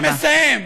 אני מסיים,